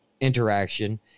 interaction